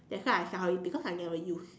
that's why I sell it because I never use